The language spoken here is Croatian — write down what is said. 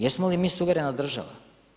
Jesmo li mi suverena država?